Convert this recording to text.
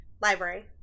Library